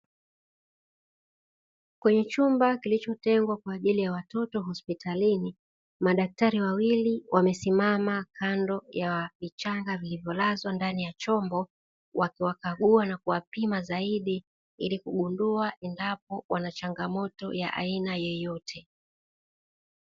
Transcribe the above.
Kwenye chumba kilichotengwa kwa ajili ya watoto hospitalini, madaktari wawili wamesimama kando ya vichanga vilivyolazwa ndani ya chombo, wakiwakagua na kuwapima zaidi ili kugundua endapo wanachangamoto ya aina yeyote.